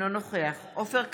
אינו נוכח עופר כסיף,